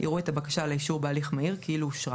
יראו את הבקשה לאישור בהליך מהיר כאילו אושרה.